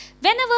whenever